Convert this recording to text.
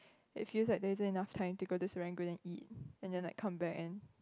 if you like doesn't enough time to go to Serangoon and eat and then like come back and